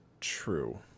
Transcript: true